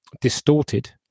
distorted